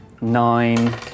nine